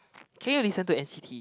can you listen to n_c_t